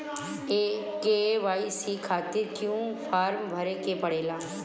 KYC खातिर क्यूं form भरे के पड़ेला?